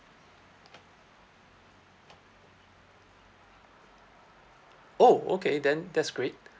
oh okay then that's great